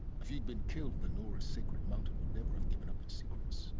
if you'd been killed, the nora sacred mountain would never have given up its secrets.